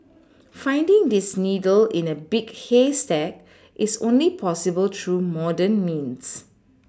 finding this needle in a big haystack is only possible through modern means